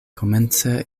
komence